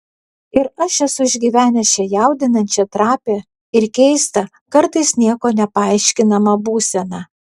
ir aš esu išgyvenęs šią jaudinančią trapią ir keistą kartais niekuo nepaaiškinamą būseną